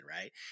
Right